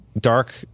dark